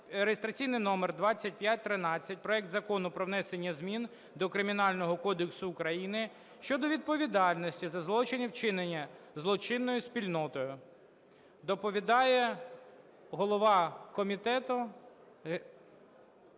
реєстраційний номер 2513 – проект Закону про внесення змін до Кримінального кодексу України щодо відповідальності за злочини, вчинені злочинною спільнотою. Доповідає голова комітету